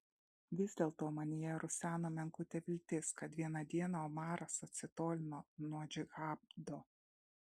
vis dėlto manyje ruseno menkutė viltis kad vieną dieną omaras atsitolino nuo džihado